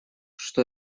что